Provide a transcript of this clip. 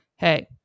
Hey